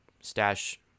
stash